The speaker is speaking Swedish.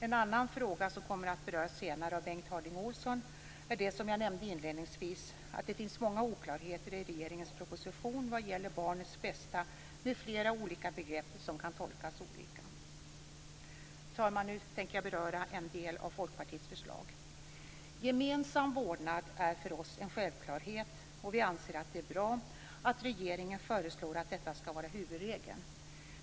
En annan fråga som kommer att beröras senare av Bengt Harding Olson är det som jag nämnde inledningsvis, att det finns många oklarheter i regeringens proposition vad gäller barnets bästa m.fl. olika begrepp som kan tolkas olika. Fru talman! Jag vill nu beröra en del av Folkpartiets förslag. Gemensam vårdnad är för oss en självklarhet, och vi anser att det är bra att regeringen föreslår att detta skall vara huvudregeln.